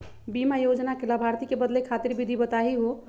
बीमा योजना के लाभार्थी क बदले खातिर विधि बताही हो?